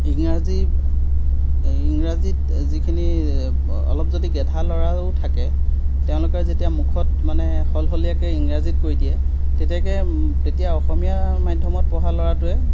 ইংৰাজী ইংৰাজীত যিখিনি অলপ যদি গেধা ল'ৰাওঁ থাকে তেওঁলোকে যেতিয়া মুখত মানে সলসলীয়াকৈ ইংৰাজীত কৈ দিয়ে তেতিয়া তেতিয়া অসমীয়া মাধ্যমত পঢ়া ল'ৰাটোৱে